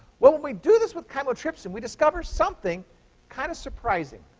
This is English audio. well, when we do this with chymotrypsin, we discover something kind of surprising.